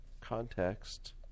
context